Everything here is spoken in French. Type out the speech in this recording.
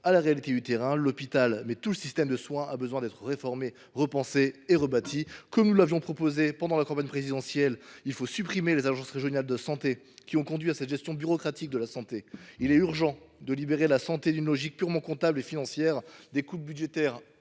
à la réalité du terrain. L’hôpital, mais aussi tout le système de soins, a besoin d’être réformé, repensé et rebâti. Comme nous l’avions proposé pendant la campagne présidentielle, il faut supprimer les ARS, qui ont conduit à cette gestion bureaucratique. Il est urgent de libérer la santé d’une logique purement comptable et financière, des coupes budgétaires